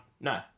No